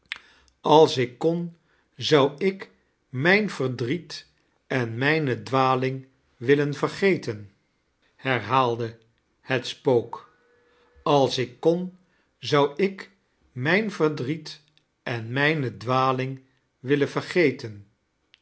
als ik kon zou ik mijn verdriet en mijne dwaling willen vergeten herhaalde het spook als ik kon zou ik mijn verdriet en mijne diwaling willen vergeteib